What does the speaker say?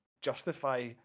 justify